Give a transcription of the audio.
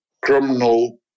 criminal